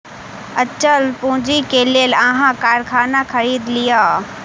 अचल पूंजी के लेल अहाँ कारखाना खरीद लिअ